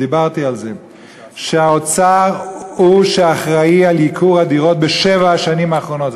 דיברתי על זה שהאוצר הוא שאחראי לייקור הדירות בשבע השנים האחרונות,